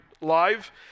live